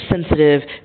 sensitive